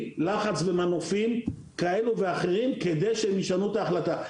לחץ ומנופים כאלה ואחרים כדי שהם ישנו את ההחלטה,